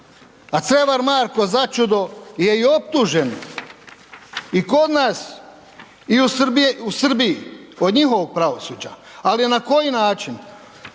A Crevar Marko začudo je i optužen i kod nas i u Srbiji, od njihovog pravosuđa, ali na koji način?